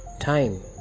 Time